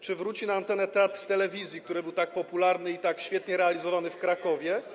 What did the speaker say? Czy wróci na antenę Teatr Telewizji, który był tak popularny i tak świetnie realizowany w Krakowie?